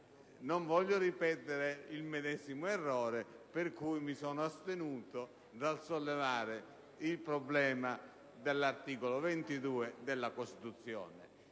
ho voluto ripetere il medesimo errore: per questo mi sono astenuto dal sollevare il problema dell'articolo 25 della Costituzione.